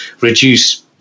reduce